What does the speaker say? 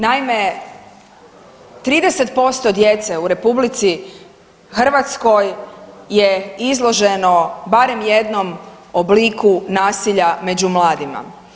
Naime, 30% djece u RH je izloženo barem jednom obliku nasilja među mladima.